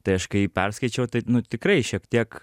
tai aš kai perskaičiau tai tikrai šiek tiek